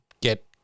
get